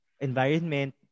environment